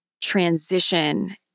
transition